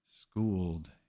schooled